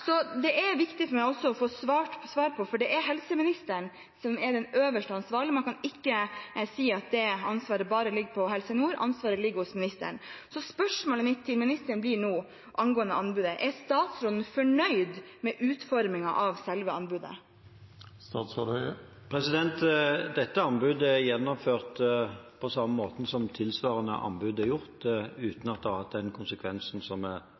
Det er viktig for meg å få svar på dette, for det er helseministeren som er den øverste ansvarlige. Man kan ikke si at det ansvaret ligger bare på Helse Nord. Ansvaret ligger på statsråden. Spørsmålet mitt til statsråden blir nå angående anbudet: Er statsråden fornøyd med utformingen av selve anbudet? Det anbudet er gjennomført på samme måten som tilsvarende anbud er gjort, uten at det har hatt den konsekvensen som